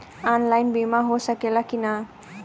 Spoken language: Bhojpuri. ऑनलाइन बीमा हो सकेला की ना?